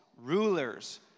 Rulers